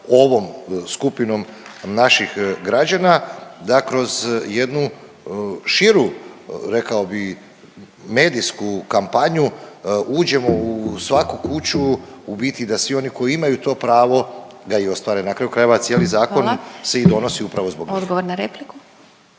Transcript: ovom skupinom naših građana da kroz jednu širu, rekao bi medijsku kampanju, uđemo u svaku kuću, u biti da svi oni koji imaju to pravo da ga i ostvare. Na kraju krajeva cijeli zakon…/Upadica Glasovac: Hvala./…se i